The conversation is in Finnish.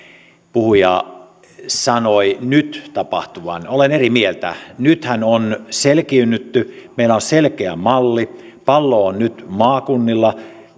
sanoi nyt tapahtuvan olen eri mieltä nythän on selkiinnytty meillä on selkeä malli pallo on nyt maakunnilla